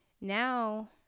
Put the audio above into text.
now